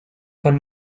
von